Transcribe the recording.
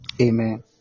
Amen